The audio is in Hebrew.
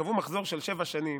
קבעו מחזור של שבע שנים,